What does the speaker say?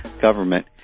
government